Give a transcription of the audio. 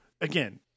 again